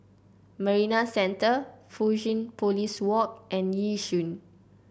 Marina Centre Fusionopolis Walk and Yishun